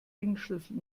ringschlüssel